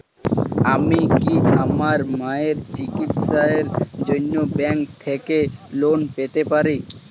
আমি কি আমার মায়ের চিকিত্সায়ের জন্য ব্যঙ্ক থেকে লোন পেতে পারি?